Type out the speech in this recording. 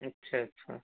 अच्छा अच्छा